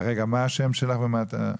את לא היית רשומה.